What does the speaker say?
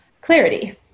clarity